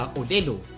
odelo